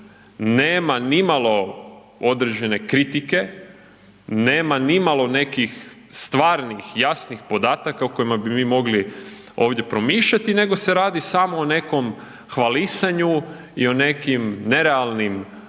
nema nimalo određene kritike, nema nimalo nekih stvarnih jasnih podataka o kojima bi mi mogli ovdje promišljati, nego se radi samo o nekom hvalisanju i o nekim nerealnim pričama,